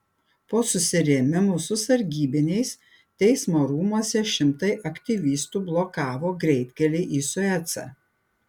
po susirėmimų su sargybiniais teismo rūmuose šimtai aktyvistų blokavo greitkelį į suecą